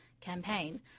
campaign